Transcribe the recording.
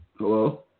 Hello